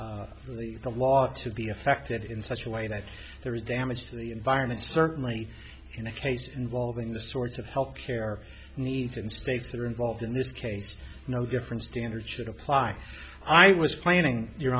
the law to be affected in such a way that there is damage to the environment certainly in a case involving the sorts of health care needs in states that are involved in this case no different standard should apply i was planning your